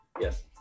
Yes